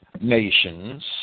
nations